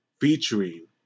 featuring